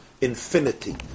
infinity